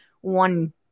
one